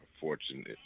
fortunate